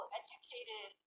educated